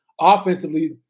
offensively